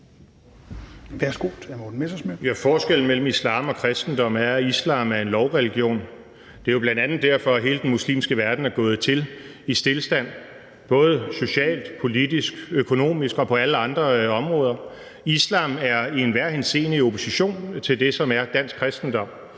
Forskellen mellem islam og kristendommen er, at islam er en lovreligion. Det er jo bl.a. derfor, at hele den muslimske verden er gået til i stilstand både socialt, politisk, økonomisk og på alle andre områder. Islam er i enhver henseende i opposition til det, som er dansk kristendom,